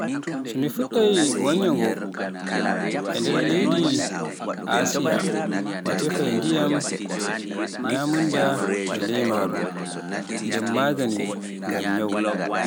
So mi fuddai wancugo e nder wakere leydi Asiya, mi tefai ndiyam, nyamunda e leymaru, nden magaani ngam nyawu.